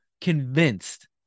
Convinced